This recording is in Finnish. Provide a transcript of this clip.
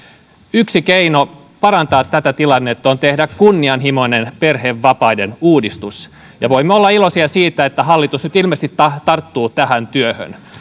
yksi keino parantaa tätä tilannetta on tehdä kunnianhimoinen perhevapaiden uudistus ja voimme olla iloisia siitä että hallitus nyt ilmeisesti tarttuu tähän työhön